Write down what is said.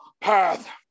path